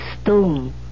Stone